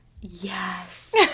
yes